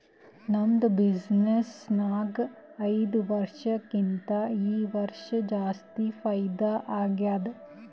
ನಮ್ದು ಬಿಸಿನ್ನೆಸ್ ನಾಗ್ ಐಯ್ದ ವರ್ಷಕ್ಕಿಂತಾ ಈ ವರ್ಷ ಜಾಸ್ತಿ ಫೈದಾ ಆಗ್ಯಾದ್